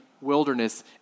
wilderness